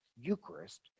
Eucharist